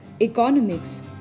economics